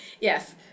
Yes